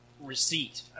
receipt